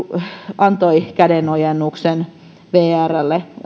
antoi kädenojennuksen vrlle